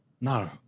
No